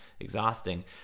exhausting